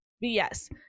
yes